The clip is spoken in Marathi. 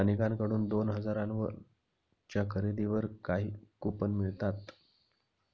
अनेकांकडून दोन हजारांच्या खरेदीवर काही कूपन मिळतात